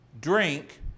drink